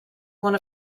one